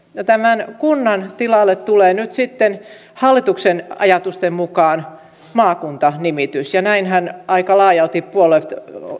kunnan tilalle nyt sitten tulee hallituksen ajatusten mukaan maakunta nimitys ja näinhän aika laajalti puolueet